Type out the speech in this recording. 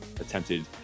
attempted